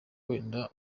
wenda